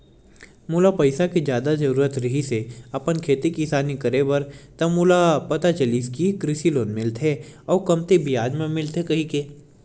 मोला पइसा के जादा जरुरत रिहिस हे अपन खेती किसानी करे बर त मोला पता चलिस कि कृषि लोन मिलथे अउ कमती बियाज म मिलथे कहिके